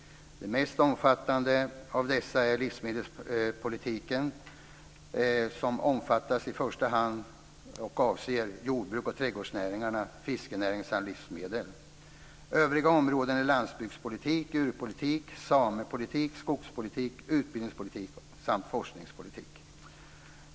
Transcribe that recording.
Det mest omfattande av dessa är livsmedelspolitiken som i första hand avser jordbruks och trädgårdsnäringarna, fiskenäringen samt livsmedel. Övriga områden är landsbygdspolitik, djurpolitik, samepolitik, skogspolitik, utbildningspolitik samt forskningspolitik.